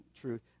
truth